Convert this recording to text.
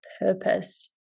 purpose